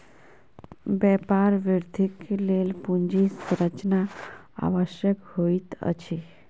व्यापार वृद्धिक लेल पूंजी संरचना आवश्यक होइत अछि